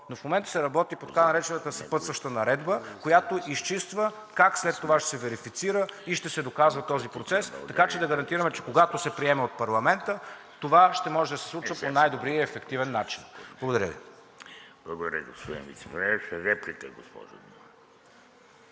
но в момента се работи по така наречената съпътстваща наредба, която изчиства как след това ще се верифицира и ще се доказва този процес, така че да гарантираме, че когато се приеме от парламента, това ще може да се случва по най добрия ефективен начин. Благодаря Ви. ПРЕДСЕДАТЕЛ ВЕЖДИ РАШИДОВ: Благодаря, господин